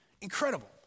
Incredible